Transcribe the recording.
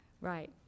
right